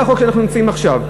זה החוק שבו אנחנו נמצאים עכשיו.